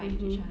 mmhmm